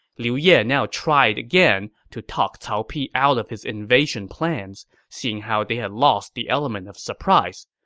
liu ye now tried again to talk cao pi out of his invasion plans, seeing how they had lost the element of surprise,